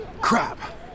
Crap